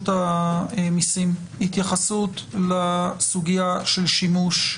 המיסים זה התייחסות לסוגיה של שימוש,